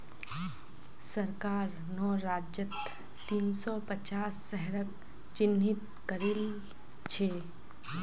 सरकार नौ राज्यत तीन सौ पांच शहरक चिह्नित करिल छे